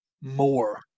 more